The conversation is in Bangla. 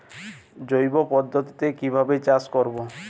জৈব পদ্ধতিতে কিভাবে চাষ করব?